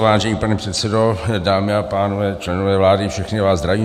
Vážený pane předsedo, dámy a pánové, členové vlády, všechny vás zdravím.